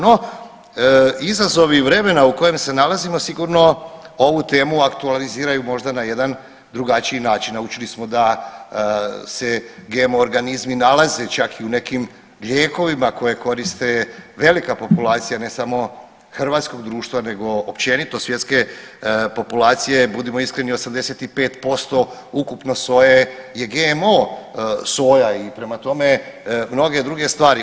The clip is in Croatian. No izazovi vremena u kojem se nalaze sigurno ovu temu aktualiziraju možda na jedan drugačiji način, a učili smo da se GMO organizmi nalaze čak i u nekim lijekovima koje koriste velika populacija ne samo hrvatskog društva nego općenito svjetske populacije, budimo iskreni 85% ukupno soje je GMO soja i prema tome mnoge druge stvari.